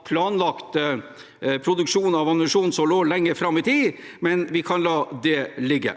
av planlagt produksjon av ammunisjon som lå lenger fram i tid, men vi kan la det ligge.